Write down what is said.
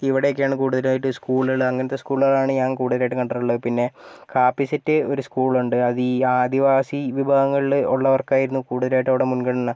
ഇവിടെയൊക്കെയാണ് കൂടുതലുമായിട്ട് സ്കൂളുകൾ അങ്ങനത്തെ സ്കൂളുകളാണ് ഞാൻ കൂടുതലായിട്ട് കണ്ടിട്ടുള്ളത് പിന്നെ കാപ്പിസെറ്റ് ഒരു സ്കൂൾ ഉണ്ട് അത് ഈ ആദിവാസി വിഭാഗങ്ങളിൽ ഉള്ളവർക്കായിരുന്നു കൂടുതലായിട്ട് അവിടെ മുൻഗണന